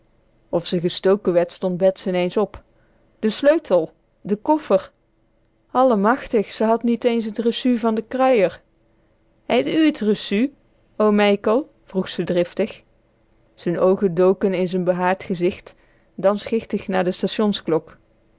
of ze gestoken werd stond bets ineens op de sleutel de koffer allemachtig ze had the eens t recu van de kruier heit u t recu oom mijkel vroeg ze driftig z'n oogen doken in z'n behaard gezicht dan schichtig naar de